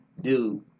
Dude